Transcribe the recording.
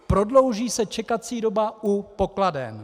Prodlouží se čekací doba u pokladen.